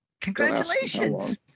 Congratulations